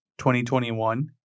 2021